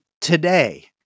today